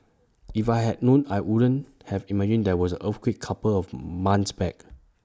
if I hadn't known I wouldn't have imagined there was earthquake couple of months back